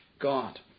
God